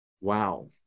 Wow